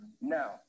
Now